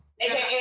aka